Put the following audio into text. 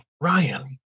Ryan